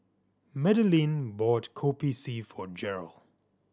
Madeleine bought Kopi C for Jeryl